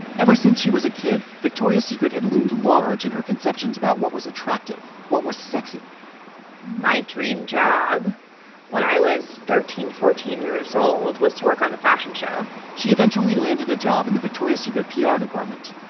ever since she was a kid, victoria's secret had loomed large in her conceptions about what was attractive, what was sexy my dream job when i was thirteen, fourteen years old was to work on the fashion show she eventually landed a job in the victoria's secret pr ah department.